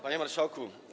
Panie Marszałku!